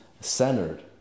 centered